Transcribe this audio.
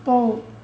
போ